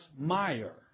Meyer